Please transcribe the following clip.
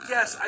Yes